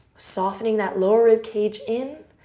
softening that lower ribcage in.